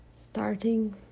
starting